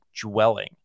dwelling